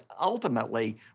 ultimately